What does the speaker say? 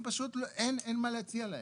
פשוט אין מה להציע להם.